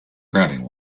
grabbing